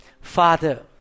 Father